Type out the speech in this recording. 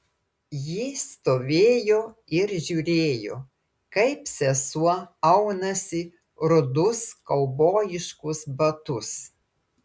ji stovėjo ir žiūrėjo kaip sesuo aunasi rudus kaubojiškus batus